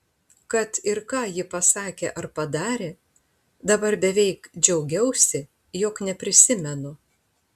kad ir ką ji pasakė ar padarė dabar beveik džiaugiausi jog neprisimenu